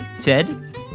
ted